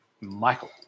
Michael